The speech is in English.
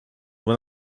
when